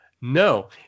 no